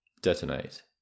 Detonate